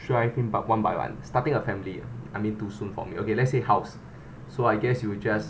trying by one by one starting a family ah I mean too soon for me okay let's say house so I guess you will just